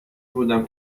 بودم